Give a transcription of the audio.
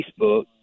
Facebook